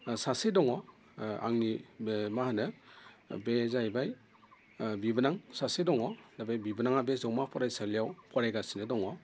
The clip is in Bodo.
सासे दङ आंनि बे मा होनो बे जाहैबाय बिबोनां सासे दङ दा बे बिबोनाङा बे जौमा फरायसालियाव फरायगासिनो दङ